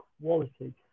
quality